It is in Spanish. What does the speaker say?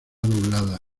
doblada